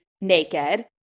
naked